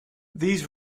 these